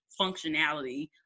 functionality